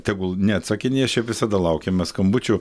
tegul neatsakinės šiaip visada laukiame skambučių